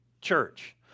church